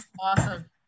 Awesome